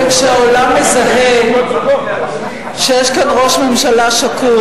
כשהעולם מזהה שיש כאן ראש ממשלה שקוף,